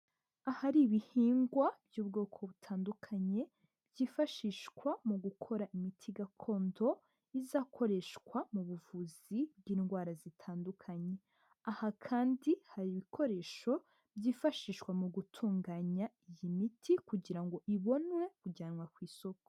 Ahari ibihingwa by'ubwoko butandukanye, byifashishwa mu gukora imiti gakondo izakoreshwa mu buvuzi bw'indwara zitandukanye. Aha kandi, hari ibikoresho byifashishwa mu gutunganya iyi miti kugira ngo ibonwe kujyanwa ku isoko.